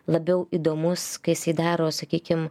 labiau įdomus kai jisai daro sakykim